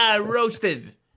Roasted